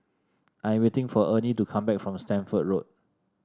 I am waiting for Ernie to come back from Stamford Road